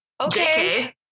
Okay